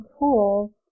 tools